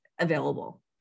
available